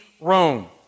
Rome